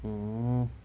mm